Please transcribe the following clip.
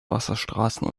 wasserstraßen